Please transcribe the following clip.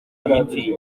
mitingi